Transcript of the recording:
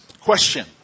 question